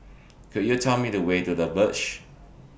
Could YOU Tell Me The Way to The Verge